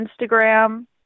Instagram